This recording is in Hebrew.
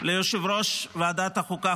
ליושב-ראש ועדת החוקה,